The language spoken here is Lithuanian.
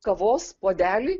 kavos puodelį